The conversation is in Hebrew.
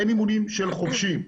אין אימונים של חובשים,